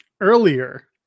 Earlier